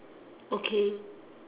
okay